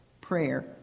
prayer